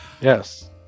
Yes